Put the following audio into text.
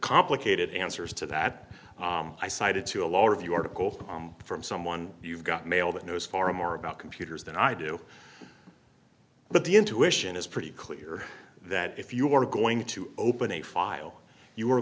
complicated answers to that i cited to a lot of your article from someone you've got mail that knows far more about computers than i do but the intuition is pretty clear that if you're going to open a file you